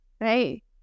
right